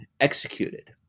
executed